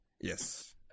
Yes